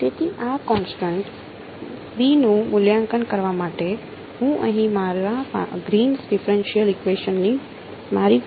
અને તે ઇન્ટેગ્રલ તે કેવા પ્રકારનું ઇન્ટેગ્રલ હોવું જોઈએ 1D 2D3D